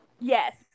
Yes